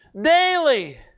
daily